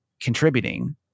contributing